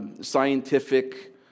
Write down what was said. scientific